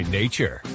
nature